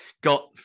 got